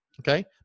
okay